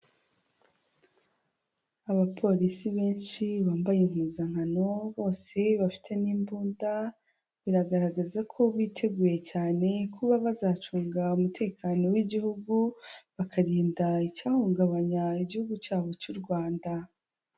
Abapolisi benshi bambaye impuzankano bose bafite n'imbunda, biragaragaza ko biteguye cyane kuba bazacunga umutekano w'igihugu, bakarinda icyahungabanya igihugu cyabo cy'u Rwanda.